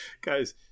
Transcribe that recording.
Guys